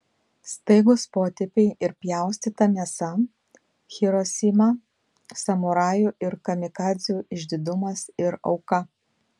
staigūs potėpiai ir pjaustyta mėsa hirosima samurajų ir kamikadzių išdidumas ir auka